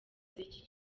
z’iki